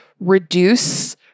reduce